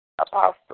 Apostle